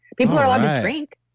people are allowed to drink,